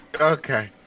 Okay